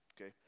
Okay